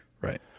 Right